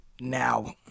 now